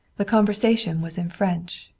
the conversation was in french,